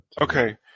Okay